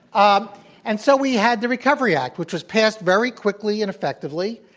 um and so we had the recovery act which was passed very quickly and effectively,